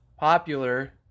popular